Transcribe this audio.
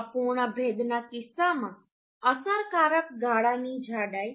અપૂર્ણ ભેદ ના કિસ્સામાં અસરકારક ગળાની જાડાઈ